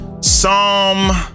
Psalm